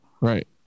Right